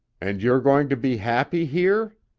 and you're going to be happy here?